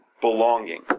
belonging